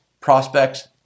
prospects